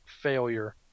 failure